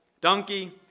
donkey